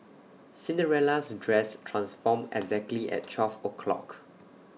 Cinderella's dress transformed exactly at twelve o'clock